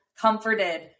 comforted